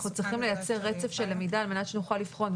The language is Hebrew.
אנחנו צריכים לייצר רצף למידה על מנת שנוכל לבחון.